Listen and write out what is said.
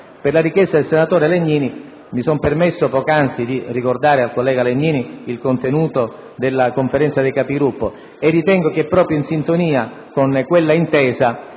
la richiesta del senatore Legnini, mi sono permesso poc'anzi di ricordare al collega Legnini il contenuto della Conferenza dei Capigruppo e, proprio in sintonia con quella intesa,